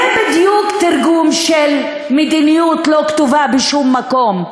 זה בדיוק תרגום של מדיניות שלא כתובה בשום מקום.